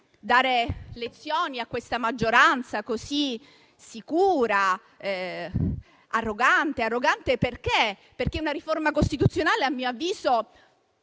dare lezioni a questa maggioranza, così sicura e arrogante. Arrogante, sì, perché una riforma costituzionale, a mio avviso,